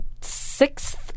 sixth